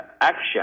action